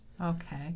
Okay